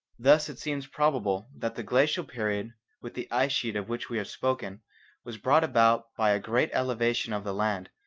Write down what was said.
thus it seems probable that the glacial period with the ice sheet of which we have spoken was brought about by a great elevation of the land,